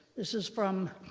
this is from